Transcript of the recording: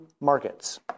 markets